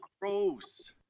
gross